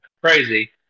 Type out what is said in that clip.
crazy